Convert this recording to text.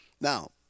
Now